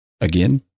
Again